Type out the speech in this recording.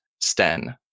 Sten